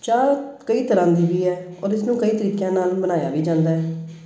ਚਾਹ ਕਈ ਤਰ੍ਹਾਂ ਦੀ ਵੀ ਹੈ ਔਰ ਇਸਨੂੰ ਕਈ ਤਰੀਕਿਆਂ ਨਾਲ ਬਣਾਇਆ ਵੀ ਜਾਂਦਾ ਹੈ